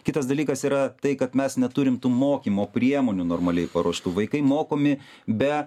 kitas dalykas yra tai kad mes neturim tų mokymo priemonių normaliai paruoštų vaikai mokomi be